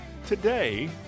Today